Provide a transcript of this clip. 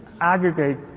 aggregate